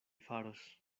faros